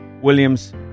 Williams